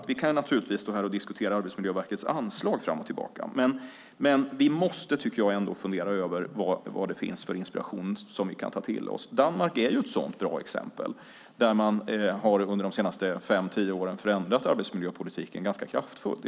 Vi kan naturligtvis stå här och diskutera Arbetsmiljöverkets anslag fram och tillbaka, men jag tycker ändå att vi måste fundera över var det finns inspiration som vi kan ta till oss. Danmark är ett bra exempel på detta. Där har man under de senaste fem tio åren förändrat arbetsmiljöpolitiken ganska kraftfullt.